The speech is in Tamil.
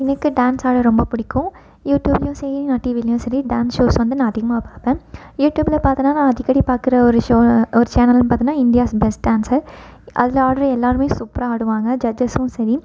எனக்கு டான்ஸ் ஆட ரொம்ப பிடிக்கும் யூடியூப்லையும் சரி நான் டிவிலையும் சரி டான்ஸ் ஷோஸ் வந்து நான் அதிகமாக பார்ப்பேன் யூடியூப்பில் பார்க்கறனா நான் அதிக்கடி பார்க்கற ஒரு ஷோன்னா ஒரு சேனல்ன்னு பார்த்தன்னா இந்தியாஸ் பெஸ்ட் டான்ஸர் அதில் ஆட்ற எல்லாருமே சூப்பராக ஆடுவாங்க ஜட்ஜஸும் சரி